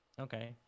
Okay